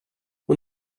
och